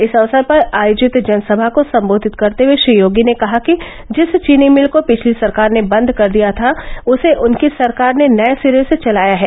इस अवसर पर आयोजित जनसभा को संबाधित करते हये श्री योगी ने कहा कि जिस चीनी मिल को पिछली सरकार ने बंद कर दिया था उसे उनकी सरकार ने नए सिरे से चलाया है